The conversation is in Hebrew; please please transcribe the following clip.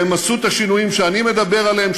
והן עשו את השינויים שאני מדבר עליהם,